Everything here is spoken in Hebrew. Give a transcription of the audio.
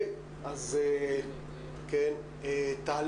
יש לנו